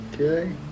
Okay